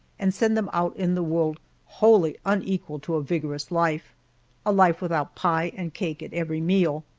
and send them out in the world wholly unequal to a vigorous life a life without pie and cake at every meal.